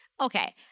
Okay